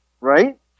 Right